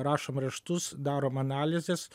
rašom raštus darom analizes